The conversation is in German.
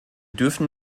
dürfen